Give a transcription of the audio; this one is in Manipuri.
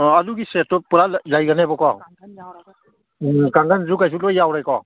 ꯑꯥ ꯑꯗꯨꯒꯤ ꯁꯦꯠꯇꯣ ꯄꯨꯔꯥ ꯂꯩꯒꯅꯦꯕꯀꯣ ꯀꯥꯡꯒꯟꯁꯨ ꯀꯩꯁꯨ ꯂꯣꯏ ꯌꯥꯎꯔꯦꯀꯣ